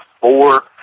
four